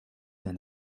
d’un